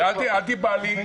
אל תיבהלי.